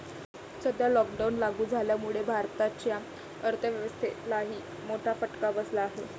सध्या लॉकडाऊन लागू झाल्यामुळे भारताच्या अर्थव्यवस्थेलाही मोठा फटका बसला आहे